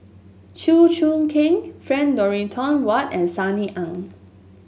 Chew Choo Keng Frank Dorrington Ward and Sunny Ang